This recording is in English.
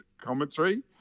commentary